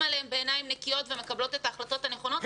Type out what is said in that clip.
עליהם בעיניים נקיות ומקבלות את ההחלטות הנכונות.